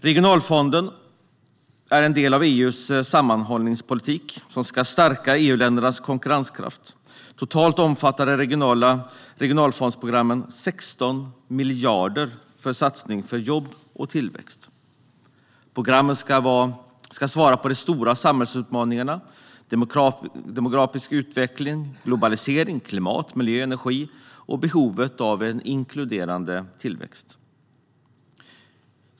Regionalfonden är en del av EU:s sammanhållningspolitik som ska stärka EU-ländernas konkurrenskraft. Totalt omfattar regionalfondsprogrammen 16 miljarder för satsningar på jobb och tillväxt. Programmen ska svara på de stora samhällsutmaningarna: demografisk utveckling, globalisering, klimat, miljö och energi samt behovet av en inkluderande tillväxt.